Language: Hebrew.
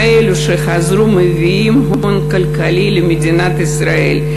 ואלו שחוזרים מביאים הון כלכלי למדינת ישראל.